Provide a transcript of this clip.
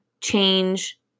change